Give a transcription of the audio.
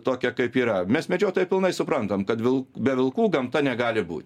tokia kaip yra mes medžiotojai pilnai suprantam kad vil be vilkų gamta negali būt